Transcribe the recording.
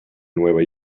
nueva